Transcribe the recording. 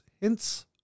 hints